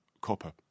copper